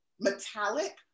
metallic